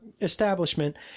establishment